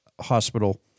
hospital